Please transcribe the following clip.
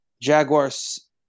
Jaguars